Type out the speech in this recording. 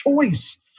choice